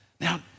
now